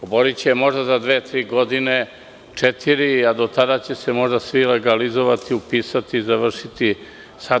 Oboriće je možda za dve, tri godine, a do tada će se možda svi legalizovati, upisati i završiti sve.